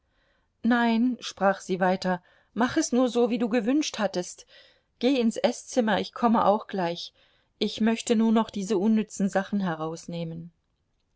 nein sprach sie weiter mach es nur so wie du gewünscht hattest geh ins eßzimmer ich komme auch gleich ich möchte nur noch diese unnützen sachen herausnehmen